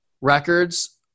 Records